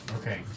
Okay